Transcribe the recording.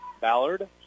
Ballard